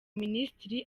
minisitiri